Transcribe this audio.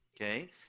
okay